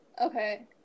Okay